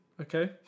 Okay